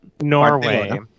Norway